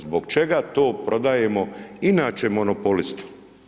Zbog čega to prodajemo inače monopolistu?